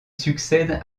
succède